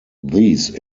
these